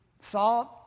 Salt